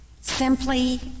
simply